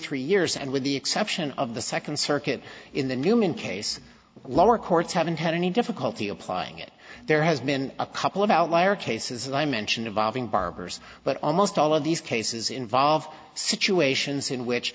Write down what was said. three years and with the exception of the second circuit in the newman case lower courts haven't had any difficulty applying it there has been a couple of outlier cases as i mentioned involving barbers but almost all of these cases involve situations in which